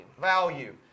value